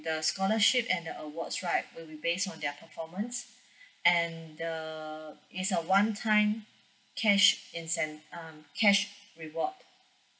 the scholarship and the awards right will be based on their performance and the it's a one time cash incen~ um cash reward